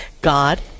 God